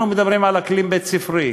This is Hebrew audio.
אנחנו מדברים על אקלים בית-ספרי.